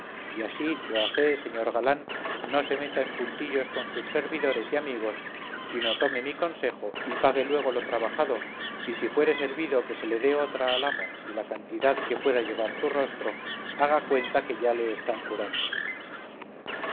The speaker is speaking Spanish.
y así voacé señor galán no se meta en puntillos con sus servidores y amigos sino tome mi consejo y pague luego lo trabajado y si fuere servido que se le dé otra al amo de la cantidad que pueda llevar su rostro haga cuenta que ya se la están curando